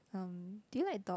um do you like dog